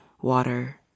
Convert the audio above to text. water